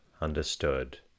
understood